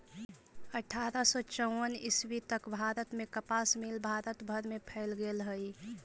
अट्ठारह सौ चौवन ईस्वी तक भारत में कपास मिल भारत भर में फैल गेले हलई